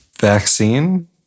vaccine